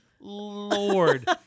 Lord